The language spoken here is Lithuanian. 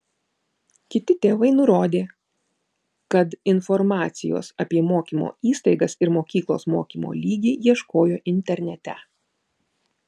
kiti tėvai nurodė kad informacijos apie mokymo įstaigas ir mokyklos mokymo lygį ieškojo internete